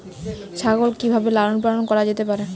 ছাগল কি ভাবে লালন পালন করা যেতে পারে?